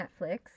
Netflix